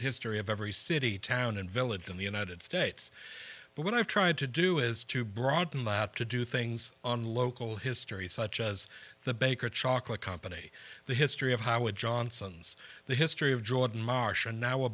history of every city town and village in the united states but what i've tried to do is to broaden that to do things on local history such as the baker chocolate company the history of how it johnson's the history of jordan marsh and now a